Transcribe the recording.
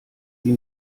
sie